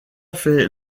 fait